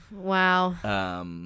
wow